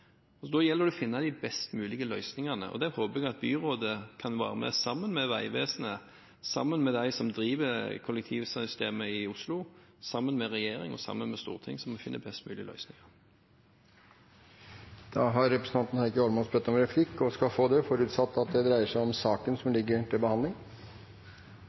Da gjelder det å finne de best mulige løsningene. Det håper jeg at byrådet kan være med på, sammen med Vegvesenet, sammen med dem som driver kollektivsystemet i Oslo, sammen med regjering og sammen med storting, så vi kan finne best mulige løsninger. Heikki Eidsvoll Holmås har bedt om ordet til replikk. Det skal han få, forutsatt at det dreier seg om saken som ligger til behandling.